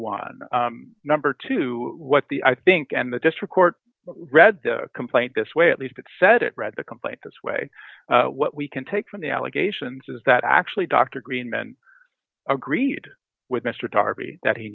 one number two what the i think and the district court read the complaint this way at least it said it read the complaint this way what we can take from the allegations is that actually dr green men agreed with mr darby that he